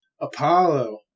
Apollo